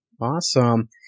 Awesome